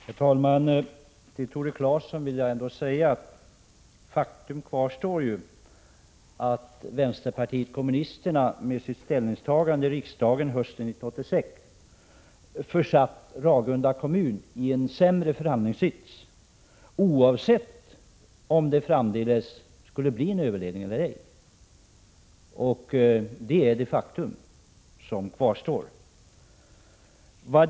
Herr talman! Till Tore Claeson vill jag säga att faktum ändå kvarstår att vänsterpartiet kommunisterna med sitt ställningstagande i riksdagen hösten 1986 försatt Ragunda kommun i en sämre förhandlingssits, oavsett om det framdeles skulle bli en överledning eller ej. Det är det faktum som kvarstår.